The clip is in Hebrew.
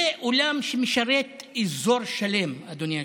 זה אולם שמשרת אזור שלם, אדוני היושב-ראש,